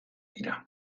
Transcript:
dira